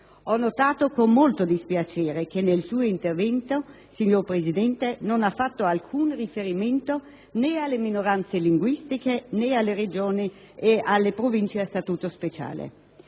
Ho notato con molto dispiacere che nel suo intervento, signor Presidente, non ha fatto alcun riferimento né alle minoranze linguistiche, né alle Regioni e alle Province a statuto speciale.